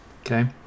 okay